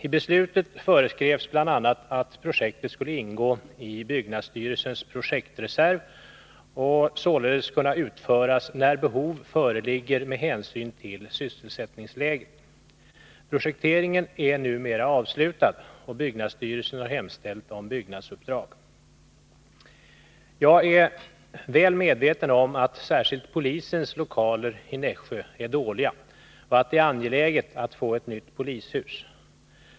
I beslutet föreskrevs bl.a. att projektet skulle ingå i byggnadsstyrelsens projektreserv och således kunna utföras när behov förelåg med hänsyn till sysselsättningsläget. Projekteringen är numera avslutad, och byggnadsstyrelsen har hemställt om byggnadsuppdrag. Nr 22 Jag är väl medveten om att särskilt polisens lokaler i Nässjö är dåliga och Tisdagen den att det är angeläget att få ett nytt polishus.